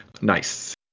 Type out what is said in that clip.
nice